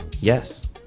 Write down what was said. yes